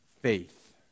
faith